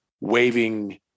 waving